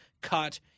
cut